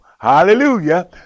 hallelujah